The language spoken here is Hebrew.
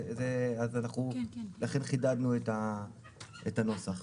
אז לכן חידדנו את הנוסח.